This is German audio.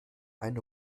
eine